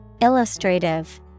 Illustrative